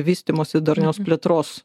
vystymosi darnios plėtros